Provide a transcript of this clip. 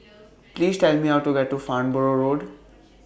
Please Tell Me How to get to Farnborough Road